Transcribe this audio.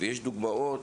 ישנן דוגמאות,